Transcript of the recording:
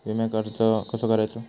विम्याक अर्ज कसो करायचो?